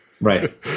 Right